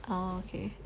oh okay